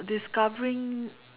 discovering